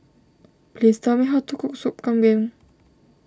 please tell me how to cook Soup Kambing